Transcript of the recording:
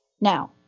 Now